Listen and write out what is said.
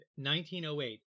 1908